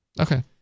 Okay